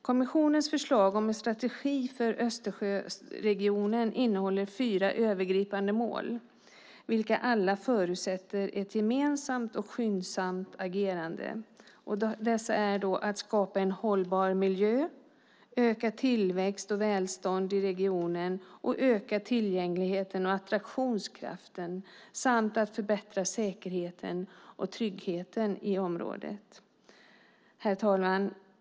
Kommissionens förslag om en strategi för Östersjöregionen innehåller fyra övergripande mål vilka alla förutsätter ett gemensamt och skyndsamt agerande. Dessa är att skapa en hållbar miljö, att öka tillväxt och välstånd i regionen, att öka tillgängligheten och attraktionskraften samt att förbättra säkerheten och tryggheten i området. Herr talman!